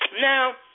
Now